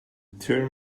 term